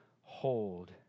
hold